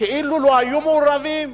כאילו לא היו מעורבים,